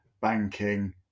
banking